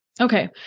Okay